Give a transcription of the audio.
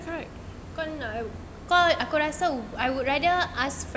kau aku rasa I would rather